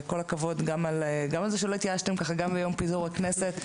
כל הכבוד גם על זה שלא התייאשתם גם ביום פיזור הכנסת.